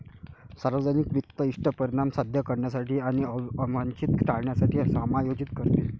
सार्वजनिक वित्त इष्ट परिणाम साध्य करण्यासाठी आणि अवांछित टाळण्यासाठी समायोजित करते